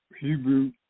Hebrew